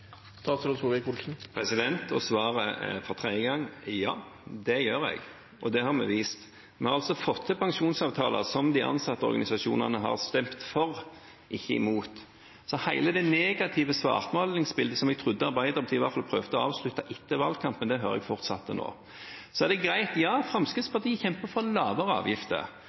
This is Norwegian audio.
Svaret er ja for tredje gang, det gjør jeg, og det har vi vist. Vi har fått til pensjonsavtaler som ansattorganisasjonene har stemt for, ikke imot. Hele det negative svartmalingsbildet som jeg trodde Arbeiderpartiet i alle fall prøvde å avslutte etter valgkampen, hører jeg fortsette nå. Fremskrittspartiet kjemper for lavere avgifter. Jeg forstår her at Kari Henriksen er stolt av at hun kjemper for høyere avgifter,